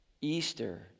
Easter